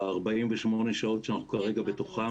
ב-48 שעות שאנחנו כרגע בתוכם,